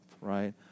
right